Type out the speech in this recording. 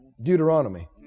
Deuteronomy